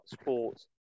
sports